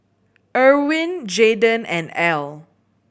Ervin Jayden and Al